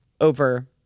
over